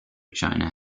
china